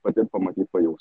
patirt pamatyt pajaust